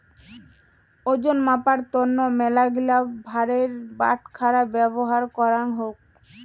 ওজন মাপার তন্ন মেলাগিলা ভারের বাটখারা ব্যবহার করাঙ হউক